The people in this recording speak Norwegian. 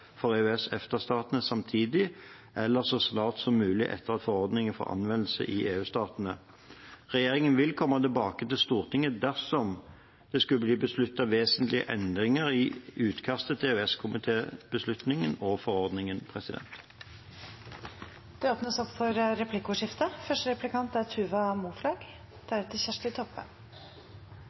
for EØS-/EFTA-statene samtidig, eller så snart som mulig etter forordningen for anvendelse i EU-statene. Regjeringen vil komme tilbake til Stortinget dersom det skulle bli besluttet vesentlige endringer i utkastet til EØS-komitebeslutningen og forordningen. Det